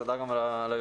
תודה גם על היוזמה.